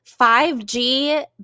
5G